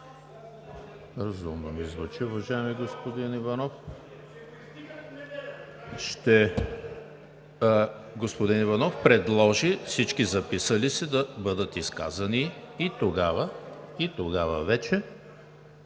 Разумно ми звучи, уважаеми господин Иванов. Господин Иванов предложи всички записали се да бъдат изказани и тогава вече